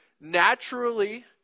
naturally